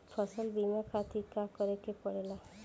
फसल बीमा खातिर का करे के पड़ेला?